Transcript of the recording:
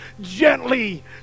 gently